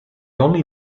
only